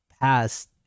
past